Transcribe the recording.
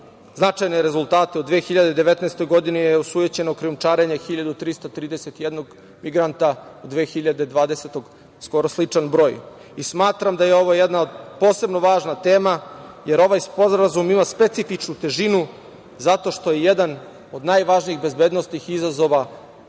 značajne rezultate. U 2019. osujećeno je krijumčarenje 1331 migranta, u 2020. godini skoro sličan broj. Smatram da je ovo jedna posebno važna tema, jer ovaj sporazum ima specifičnu težinu zato što je jedan od najvažnijih bezbednosnih izazova